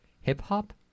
hip-hop